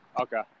Okay